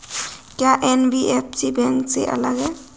क्या NBFC bank से अलग है?